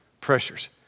pressures